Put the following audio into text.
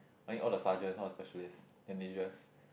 I think all the sergeant all the specialist then they just